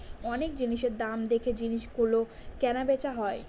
অনেক জিনিসের দাম দেখে জিনিস গুলো কেনা বেচা হয়